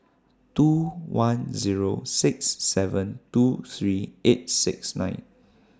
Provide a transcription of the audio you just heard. two one Zero six seven two three eight six nine